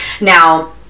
Now